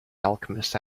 alchemist